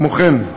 כמו כן,